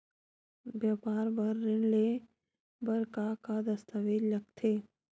व्यापार बर ऋण ले बर का का दस्तावेज लगथे?